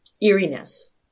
eeriness